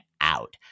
out